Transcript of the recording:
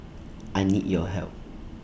I need your help